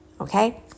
okay